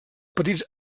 petits